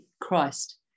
Christ